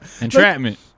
entrapment